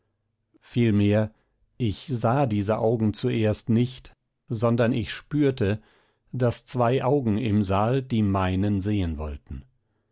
vielmehr ich sah diese augen zuerst nicht sondern ich spürte daß zwei augen im saal die meinen sehen wollten